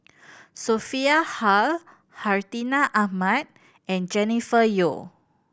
Sophia Hull Hartinah Ahmad and Jennifer Yeo